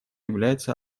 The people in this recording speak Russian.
является